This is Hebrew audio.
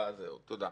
תודה.